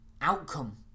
outcome